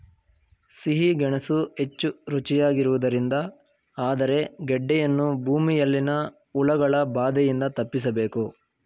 ಸಿಹಿ ಗೆಣಸು ಹೆಚ್ಚು ರುಚಿಯಾಗಿರುವುದರಿಂದ ಆದರೆ ಗೆಡ್ಡೆಯನ್ನು ಭೂಮಿಯಲ್ಲಿನ ಹುಳಗಳ ಬಾಧೆಯಿಂದ ತಪ್ಪಿಸಬೇಕು